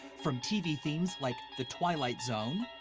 from tv themes like the twilight zone.